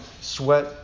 sweat